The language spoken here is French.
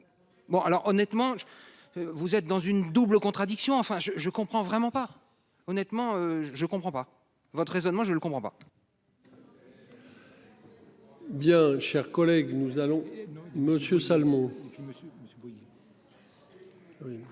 Bon alors honnêtement je. Vous êtes dans une double contradiction enfin je je comprends vraiment pas, honnêtement je comprends pas votre raisonnement, je le comprends pas. Bien chers collègues nous allons Monsieur Salmon.